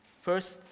first